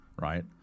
right